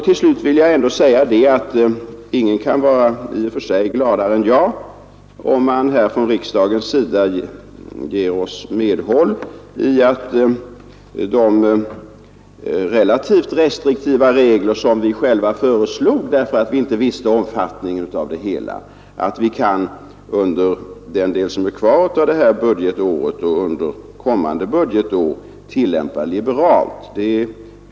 Till slut vill jag säga att ingen kan i och för sig vara gladare än jag om riksdagen håller med mig om att de relativt restriktiva regler som vi själva föreslog, eftersom vi inte kände till omfattningen av ersättningsanspråken, kan tillämpas liberalt under återstående del av detta budgetår och under kommande budgetår. Det vill vi gärna göra.